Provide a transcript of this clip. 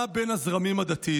מה בין הזרמים הדתיים?